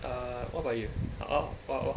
err what about you orh what what